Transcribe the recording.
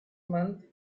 month